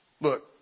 Look